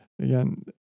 again